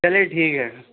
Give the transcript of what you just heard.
چلیے ٹھیک ہے